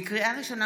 לקריאה ראשונה,